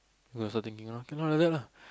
you also thinking cannot like that lah